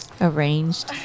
Arranged